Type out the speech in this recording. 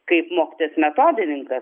kaip mokytojas metodininkas